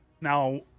Now